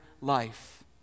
life